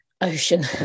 ocean